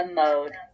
mode